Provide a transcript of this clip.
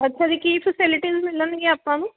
ਅੱਛਾ ਜੀ ਕੀ ਫਸਿਲਿਟੀਸ ਮਿਲਣਗੀਆਂ ਆਪਾਂ ਨੂੰ